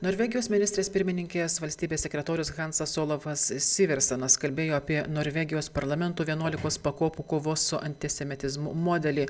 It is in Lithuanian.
norvegijos ministrės pirmininkės valstybės sekretorius hansas olafas siversenas kalbėjo apie norvegijos parlamentų vienuolikos pakopų kovos su antisemitizmu modelį